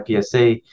PSA